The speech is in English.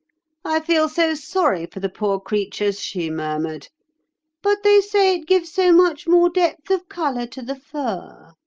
i feel so sorry for the poor creatures she murmured but they say it gives so much more depth of colour to the fur